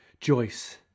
Joyce